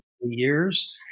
years